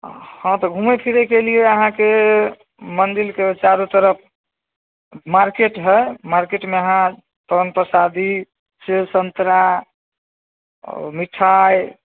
हँ तऽ घुमै फिरैके लिए अहाँके मन्दिरके चारो तरफ मार्केट हइ मार्केटमे अहाँ पान परसादी सेब सन्तरा मिठाइ